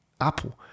Apple